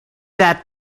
that